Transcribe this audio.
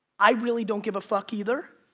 i really don't give a fuck either,